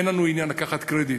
אין לנו עניין לקחת קרדיט.